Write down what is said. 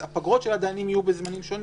הפגרות של השופטים והדיינים יהיו בזמנים שונים,